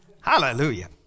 Hallelujah